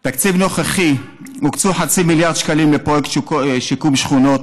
בתקציב הנוכחי הוקצו חצי מיליארד שקלים לפרויקט שיקום שכונות,